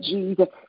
Jesus